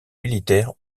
militaire